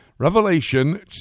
Revelation